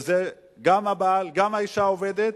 וזה גם כשהבעל עובד, גם האשה עובדת,